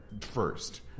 first